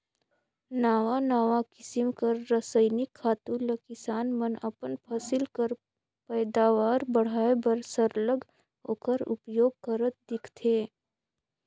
नावा नावा किसिम कर रसइनिक खातू ल किसान मन अपन फसिल कर पएदावार बढ़ाए बर सरलग ओकर उपियोग करत दिखथें